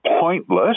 pointless